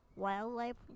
wildlife